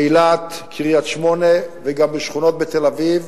אילת, קריית-שמונה, וגם בשכונות בתל-אביב,